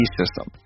system